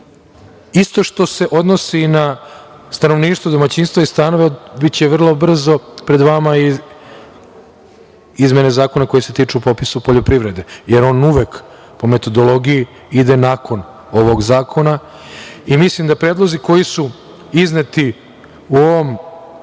što se odnosi na stanovništvo, domaćinstvo i stanove biće vrlo brzo pred vama izmene zakona koje se tiču popisa u poljoprivredi, jer on uvek po metodologiji ide nakon ovog zakona. Mislim da predlozi koji su izneti u ovom